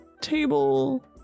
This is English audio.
table